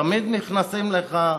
תמיד נכנסים לך,